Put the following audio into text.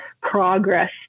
progress